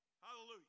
Hallelujah